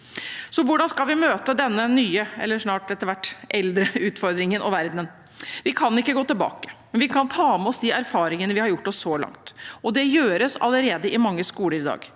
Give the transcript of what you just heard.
Så hvordan skal vi møte denne nye – eller etter hvert snart eldre – utfordringen og verdenen? Vi kan ikke gå tilbake, men vi kan ta med oss de erfaringene vi har gjort oss så langt. Det gjøres allerede også i mange skoler i dag.